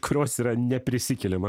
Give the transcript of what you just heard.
kurios yra neprisikeliama